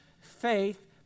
faith